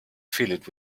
filled